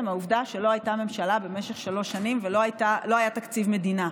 העובדה שלא הייתה ממשלה במשך שלוש שנים ולא היה תקציב מדינה.